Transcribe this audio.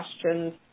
questions